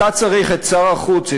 אתה צריך את שר החוץ,